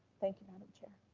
thank you, madam chair.